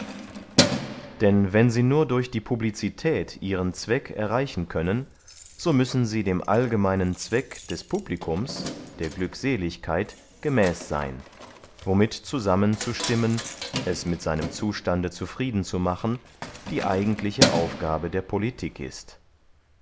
denn wenn sie nur durch die publicität ihren zweck erreichen können so müssen sie dem allgemeinen zweck des publicums der glückseligkeit gemäs seyn womit zusammen zu stimmen es mit seinem zustande zufrieden zu machen die eigentliche aufgabe der politik ist